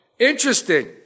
interesting